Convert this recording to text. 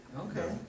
Okay